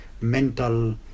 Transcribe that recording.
mental